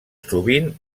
sovint